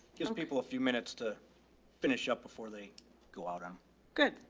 gives and people a few minutes to finish up before they go out on good.